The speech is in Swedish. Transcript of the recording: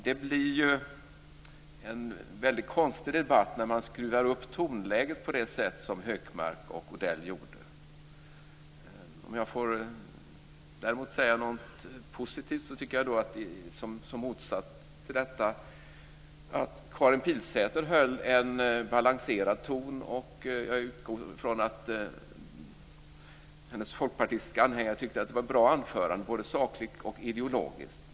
Det blir en väldigt konstig debatt när man skruvar upp tonläget på det sätt som Hökmark och Odell gjorde. Om jag däremot får säga något positivt tycker jag som motsats till detta att Karin Pilsäter höll en balanserad ton. Jag utgår från att också hennes folkpartistiska anhängare tyckte att det var ett bra anförande både sakligt och ideologiskt.